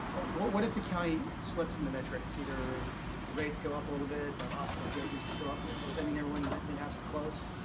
what what if the county slips in the metrics, either rates go up a little bit, hospitalizations go up? does that mean everyone then has to close?